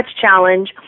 Challenge